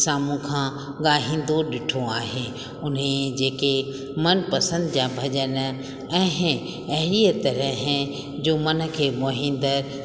साम्हूं खां ॻाईंदो ॾिठो आहे उने जेके मनपसंदि जा भॼन ऐं अहिड़ीअ तरह जो मन खे मोहींदड़